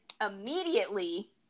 immediately